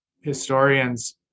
historians